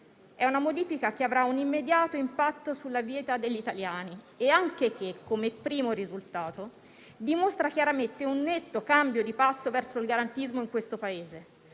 È una modifica che avrà un immediato impatto sulla vita degli italiani e che, come primo risultato, dimostra chiaramente un netto cambio di passo verso il garantismo in questo Paese.